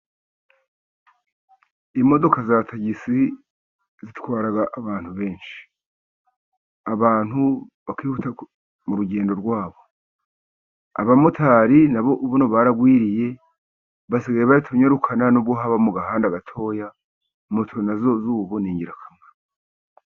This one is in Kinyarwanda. Imodoka za tagisi zitwara abantu benshi. Abantu bakihuta mu rugendo rwa bo. Abamotari na bo ubu baragwiriye, basigaye batumyarukana n'iyo haba mu gahanda gatoya, motu na zo ubu ni ingirakamaro.